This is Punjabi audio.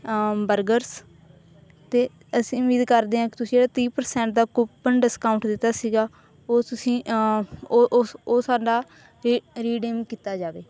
ਬਰਗਰਸ 'ਤੇ ਅਸੀਂ ਉਮੀਦ ਕਰਦੇ ਹਾਂ ਕਿ ਤੁਸੀਂ ਜਿਹੜਾ ਤੀਹ ਪਰਸੈਂਟ ਦਾ ਕੁਪਨ ਡਿਸਕਾਊਂਟ ਦਿੱਤਾ ਸੀਗਾ ਉਹ ਤੁਸੀਂ ਉਹ ਉਸ ਉਹ ਸਾਡਾ ਰੀ ਰੀਡੀਮ ਕੀਤਾ ਜਾਵੇ